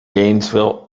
gainesville